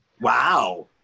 Wow